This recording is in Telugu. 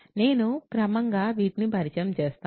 నేను క్రమంగా వీటిని పరిచయం చేస్తాను